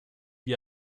wie